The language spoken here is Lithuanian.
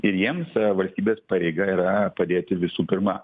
ir jiems valstybės pareiga yra padėti visų pirma